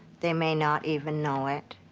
they may not even know it.